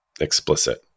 explicit